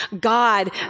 God